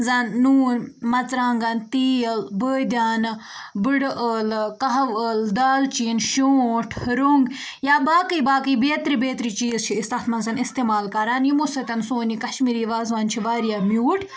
زَن نوٗن مَژرانٛگَن تیٖل بٲدیانہٕ بٕڈٕ ٲلہٕ قَہوٕ ٲلہٕ دالچیٖن شونٛٹھ روٚنٛگ یا باقٕے باقٕے بیترِ بیترِ چیٖز چھِ أسۍ تَتھ منٛز اِستعمال کَران یِمو سۭتۍ سون یہِ کَشمیٖری وازوان چھِ واریاہ میوٗٹھ